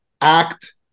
act